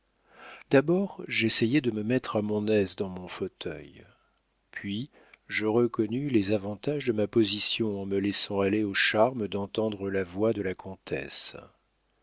d'abord j'essayai de me mettre à mon aise dans mon fauteuil puis je reconnus les avantages de ma position en me laissant aller au charme d'entendre la voix de la comtesse